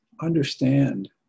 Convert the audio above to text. understand